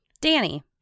Danny